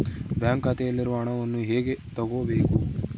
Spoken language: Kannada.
ಬ್ಯಾಂಕ್ ಖಾತೆಯಲ್ಲಿರುವ ಹಣವನ್ನು ಹೇಗೆ ತಗೋಬೇಕು?